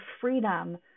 freedom